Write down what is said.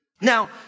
Now